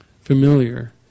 familiar